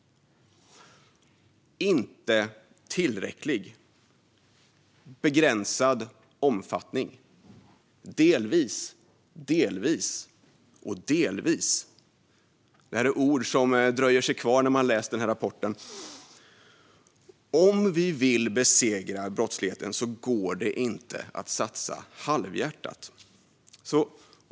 "Inte tillräcklig", "begränsad omfattning", "delvis", "delvis" och "delvis" är ord som dröjer sig kvar när man har läst rapporten. Om vi vill besegra brottsligheten går det inte att satsa halvhjärtat.